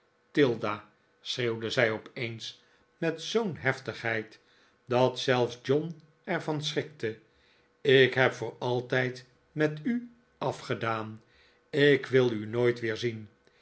tilda schreeuwde zij opeens met zoo'n neftigheid dat zelfs john er van schrikte ik neb voor altijd met u afgedaan ik wil u nooit weer zien